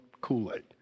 Kool-Aid